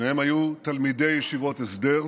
שניהם היו תלמידי ישיבות הסדר,